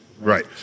right